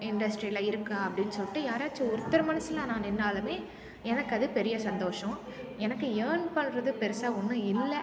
இண்டஸ்ட்ரியில இருக்கா அப்படின்னு சொல்லிட்டு யாராச்சும் ஒருத்தர் மனதுல நான் நின்றாலுமே எனக்கு அது பெரிய சந்தோஷம் எனக்கு இயர்ன் பண்ணுறது பெருசாக ஒன்றும் இல்லை